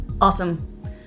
awesome